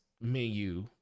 menu